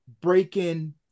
breaking